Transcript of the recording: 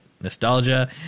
nostalgia